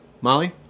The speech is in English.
Molly